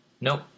Nope